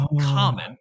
common